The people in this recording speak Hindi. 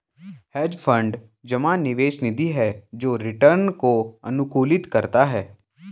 हेज फंड जमा निवेश निधि है जो रिटर्न को अनुकूलित करता है